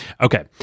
Okay